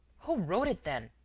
who wrote it, then?